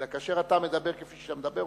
אלא שכאשר אתה מדבר כפי שאתה מדבר,